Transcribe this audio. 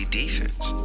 defense